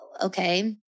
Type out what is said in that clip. okay